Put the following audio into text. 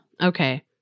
Okay